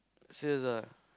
serious ah